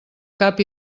cap